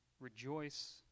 rejoice